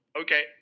Okay